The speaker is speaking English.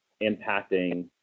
impacting